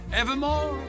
evermore